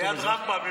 ליד רמב"ם,